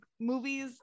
movies